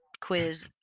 quiz